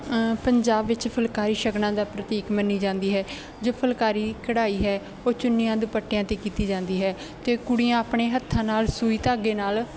ਪੰਜਾਬ ਵਿੱਚ ਫੁਲਕਾਰੀ ਸ਼ਗਨਾਂ ਦਾ ਪ੍ਰਤੀਕ ਮੰਨੀ ਜਾਂਦੀ ਹੈ ਜੋ ਫੁਲਕਾਰੀ ਕਢਾਈ ਹੈ ਉਹ ਚੁੰਨੀਆ ਦੁਪੱਟਿਆਂ 'ਤੇ ਕੀਤੀ ਜਾਂਦੀ ਹੈ ਅਤੇ ਕੁੜੀਆਂ ਆਪਣੇ ਹੱਥਾਂ ਨਾਲ ਸੂਈ ਧਾਗੇ ਨਾਲ